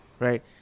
Right